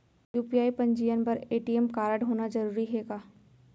UPI पंजीयन बर ATM कारडहोना जरूरी हे का?